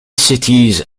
cities